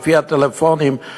לפי הטלפונים,